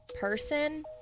person